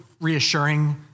reassuring